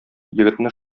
егетне